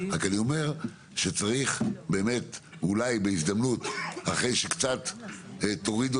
אבל אני אומר שאולי בהזדמנות אחרי שקצת תורידו